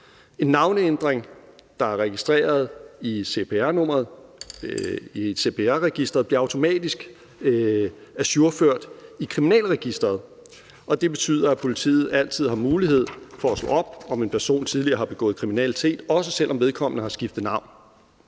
En navneændring, der er registreret i cpr-nummeret i et cpr-register, bliver automatisk ajourført i Kriminalregisteret, og det betyder, at politiet altid har mulighed for at slå op, om en person tidligere har begået kriminalitet, også selv om vedkommende har skiftet navn.